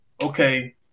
okay